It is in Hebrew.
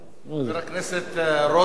חבר הכנסת רותם.